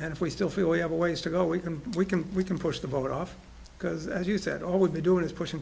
and if we still feel we have a ways to go we can we can we can push the boat off because as you said all we're doing is pushing